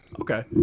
Okay